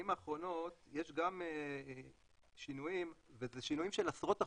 האחרונות יש גם שינויים ואלה שינויים של עשרות אחוזים.